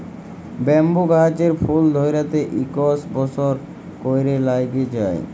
bamboo গাহাচের ফুল ধ্যইরতে ইকশ বসর ক্যইরে ল্যাইগে যায়